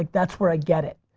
that's where i get it.